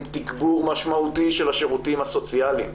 עם תגבור משמעותי של השירותים הסוציאליים.